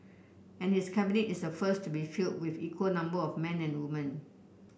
and his Cabinet is the first to be filled with equal number of man and woman